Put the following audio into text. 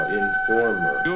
informer